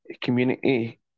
community